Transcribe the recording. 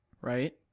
right